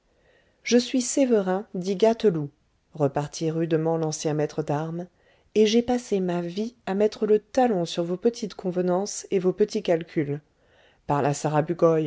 je suis sévérin dit gâteloup repartit rudement l'ancien maître d'armes et j'ai passé ma vie à mettre le talon sur vos petites convenances et vos petits calculs par la